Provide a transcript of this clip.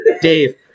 Dave